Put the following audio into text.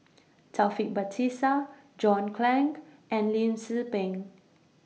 Taufik Batisah John Clang and Lim Tze Peng